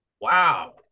wow